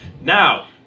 Now